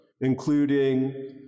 including